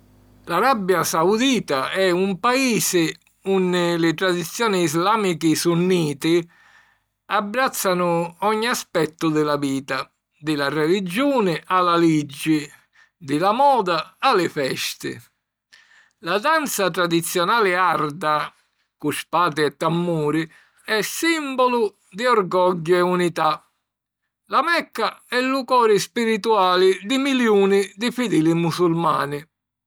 L’Arabia Saudita è un paisi unni li tradizioni islàmichi sunniti abbràzzanu ogni aspettu di la vita: di la religiuni a la liggi, di la moda a li festi. La danza tradizionali Ardha, cu spati e tammuri, è sìmbolu di orgogghiu e unità. La Mecca è lu cori spirituali di miliuni di fidili musulmani.